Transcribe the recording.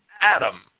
Adam